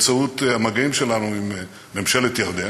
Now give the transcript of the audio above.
במגעים שלנו עם ממשלת ירדן,